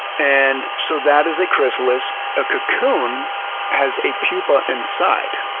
and so that is a chrysalis. a cocoon has a pupa inside.